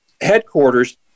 headquarters